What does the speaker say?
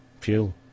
fuel